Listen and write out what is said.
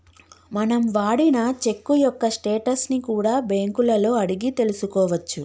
మనం వాడిన చెక్కు యొక్క స్టేటస్ ని కూడా బ్యేంకులలో అడిగి తెల్సుకోవచ్చు